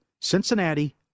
Cincinnati